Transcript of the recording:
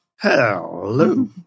Hello